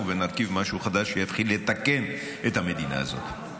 ונרכיב משהו חדש שיתחיל לתקן את המדינה הזאת.